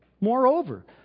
Moreover